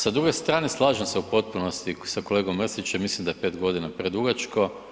Sa druge strane slažem se u potpunosti sa kolegom Mrsićem, mislim da je pete godina predugačko.